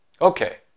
Okay